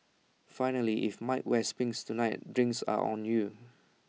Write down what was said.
finally if mike wears pinks tonight drinks are on you